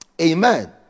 Amen